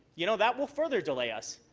you know, that will further delay us.